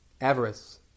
avarice